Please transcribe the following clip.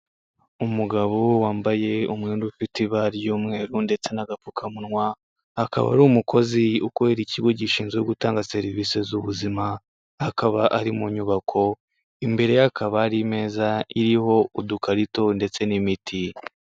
Umugabo wambaye umwenda ufite ibara ry'umweru ndetse n'agapfukamunwa, akaba ari umukozi ukorera ikigo gishinzwe gutanga serivisi z'ubuzima, akaba ari mu nyubako, imbere y'akaba ari meza iriho udukarito ndetse n'imiti.